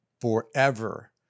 forever